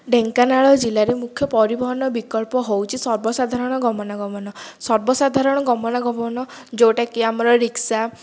ଢେଙ୍କାନାଳ ଜିଲ୍ଲାରେ ମୁଖ୍ୟ ପରିବହନ ବିକଳ୍ପ ହେଉଛି ସର୍ବସାଧାରଣ ଗମନାଗମନ ସର୍ବସାଧାରଣ ଗମନାଗମନ ଯେଉଁଟାକି ଆମର ରିକ୍ସା